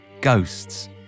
ghosts